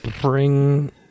Bring